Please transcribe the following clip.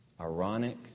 ironic